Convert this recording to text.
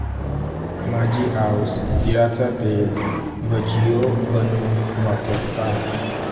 माझी आऊस तिळाचा तेल भजियो बनवूक वापरता